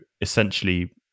essentially